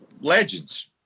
legends